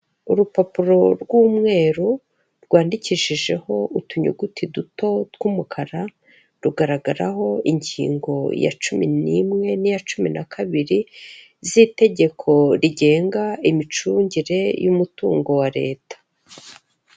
Urupapuro rw'umweru rwandikishijeho utunyuguti duto tw'umukara rugaragaraho ingingo ya cumi n'imwe n'iya cumi na kabiri z'itegeko rigenga imicungire y'umutungo wa leta.